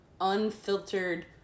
unfiltered